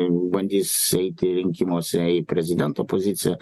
bandys eiti rinkimuose į prezidento poziciją